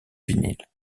vinyle